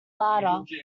larder